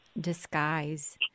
disguise